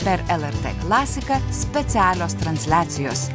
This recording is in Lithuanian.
per lrt klasiką specialios transliacijos